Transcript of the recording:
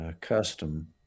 custom